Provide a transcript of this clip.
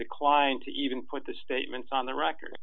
declined to even put the statements on the record